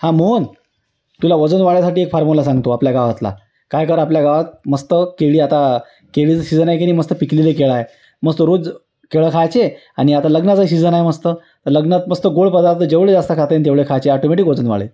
हां मोहन तुला वजन वाढवण्यासाठी एक फार्मोला सांगतो आपल्या गावातला काय कर आपल्या गावात मस्त केळी आता केळीचं सीजन आहे की नाही मस्त पिकलेले केळं आहे मस्त रोज केळं खायचे आणि आता लग्नाचं सीजन आहे मस्त लग्नात मस्त गोड पदार्थ जेवढे जास्त खाते न तेवढे खायचे ऑटोमेटिक वजन वाढेल